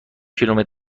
کیلومتر